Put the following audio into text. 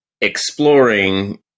exploring